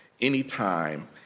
anytime